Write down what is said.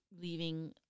leaving